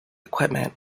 equipment